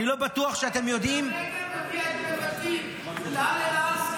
אני לא בטוח שאתם יודעים --- אלמוג --- את נבטים.